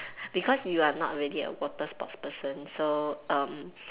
because you are not really a water sports person so um